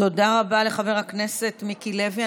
תודה רבה לחבר הכנסת מיקי לוי.